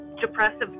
depressive